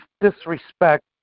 disrespect